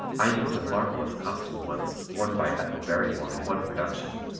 i used a marvelous costume once worn by ethel barrymore in one production,